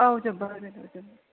औ जोब्बायमोन